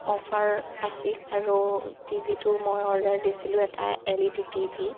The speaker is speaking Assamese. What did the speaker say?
অফাৰ আছিল আৰু টিভিটো মই অৰ্ডাৰ দিছিলোঁ এটা L E D T V